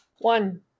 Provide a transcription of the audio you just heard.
one